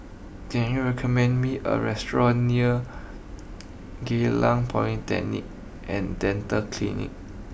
can you recommend me a restaurant near Geylang Poly Technic and Dental Clinic